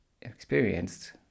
experienced